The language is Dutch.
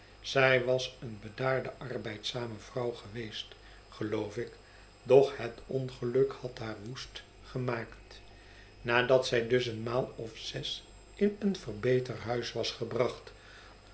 zij was een bedaarde arbeidzame vrouw geweest geloof ik doch het ongeluk had haar woest gemaakt nadat zij dus een maal of zes in een verbeterhuis was gebracht